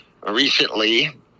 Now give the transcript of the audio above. recently